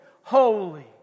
holy